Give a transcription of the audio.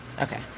Okay